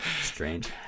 Strange